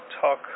talk